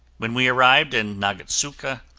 when we arrived in nagatsuka,